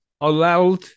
Allowed